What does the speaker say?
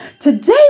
Today